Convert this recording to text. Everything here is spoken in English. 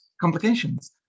complications